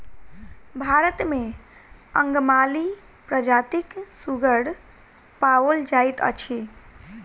भारत मे अंगमाली प्रजातिक सुगर पाओल जाइत अछि